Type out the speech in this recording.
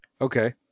Okay